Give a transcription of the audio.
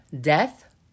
death